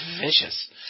vicious